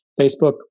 Facebook